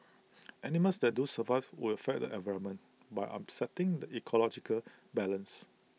animals that do survive would affect the environment by upsetting the ecological balance